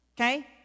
Okay